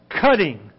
cutting